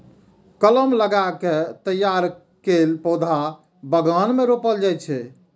कलम लगा कें तैयार कैल पौधा बगान मे रोपल जाइ छै